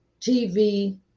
TV